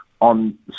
on